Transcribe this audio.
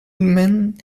man